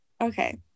okay